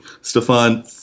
Stefan